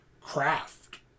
craft